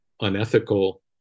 unethical